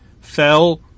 fell